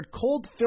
cold